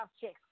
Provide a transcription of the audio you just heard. checks